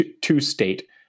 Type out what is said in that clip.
two-state